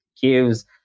gives